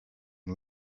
and